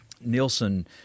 Nielsen